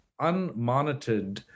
unmonitored